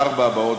מאיר רק הציע.